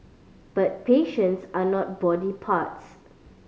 but patients are not body parts